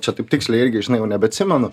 čia taip tiksliai irgi žinai jau nebeatsimenu